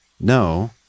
No